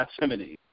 Gethsemane